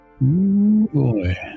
boy